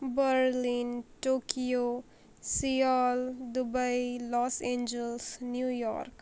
Berlin Tokyo Seoul Dubai Los Angeles New York